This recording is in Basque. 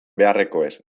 beharrekoez